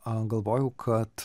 a galvojau kad